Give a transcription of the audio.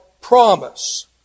promise